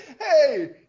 Hey